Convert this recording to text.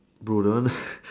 bro one